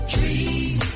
Dream